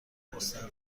مستحق